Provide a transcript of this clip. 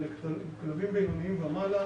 ולכלבים בינוניים ומעלה